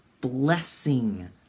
blessing